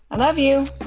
i love you